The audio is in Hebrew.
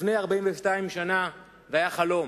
לפני 42 שנה זה היה חלום.